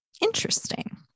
interesting